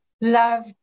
love